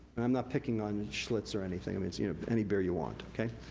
and i'm not picking on and schlitz, or anything. it's you know any beer you want, okay.